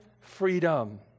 freedom